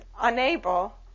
unable